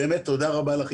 באמת תודה רבה לך,